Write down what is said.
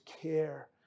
care